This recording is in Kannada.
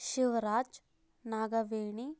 ಶಿವ್ ರಾಜ್ ನಾಗವೇಣಿ